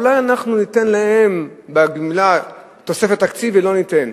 אולי אנחנו ניתן להם בגמלה תוספת תקציב, ולא ניתן.